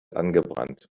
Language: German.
angebrannt